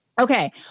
Okay